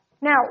Now